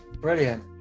Brilliant